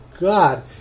god